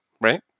right